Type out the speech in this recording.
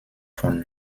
von